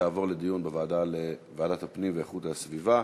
תועבר לדיון בוועדת הפנים והגנת הסביבה.